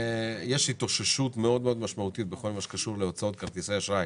יש התאוששות מאוד משמעותית בכל מה שקשור להוצאות כרטיסי אשראי